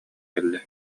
кэллэ